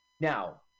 Now